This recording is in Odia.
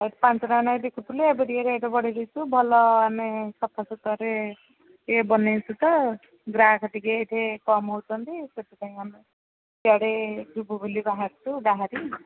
ଆଗରୁ ପାଞ୍ଚ ଟଙ୍କା ଲେଖାଏଁ ବିକୁଥିଲୁ ଏବେ ଟିକେ ରେଟ୍ ବଢ଼ାଇ ଦେଇଛୁ ଭଲ ଆମେ ସଫା ସୁତୁରାରେ ୟେ ବନାଇଛୁ ତ ଗ୍ରାହକ ଟିକେ ଏଇଠି କମ୍ ହେଉଛନ୍ତି ସେଥିପାଇଁ ଆମେ ସିଆଡ଼େ ଯିବୁ ବୋଲି ବାହାରିଛୁ ବାହାରି